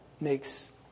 makes